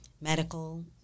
medical